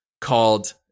called